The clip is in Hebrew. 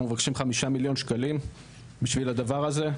מבקשים 5 מיליון שקלים בשביל הדבר הזה.